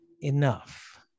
enough